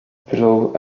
below